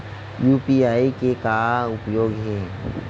UPI के का उपयोग हे?